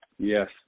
Yes